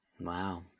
Wow